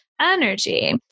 energy